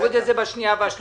נוריד את זה בשנייה ושלישית.